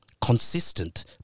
consistent